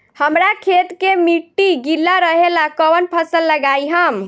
हमरा खेत के मिट्टी गीला रहेला कवन फसल लगाई हम?